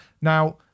Now